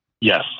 Yes